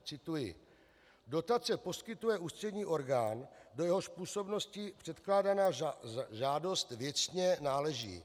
Cituji: Dotace poskytuje ústřední orgán, do jehož působnosti předkládaná žádost věcně náleží.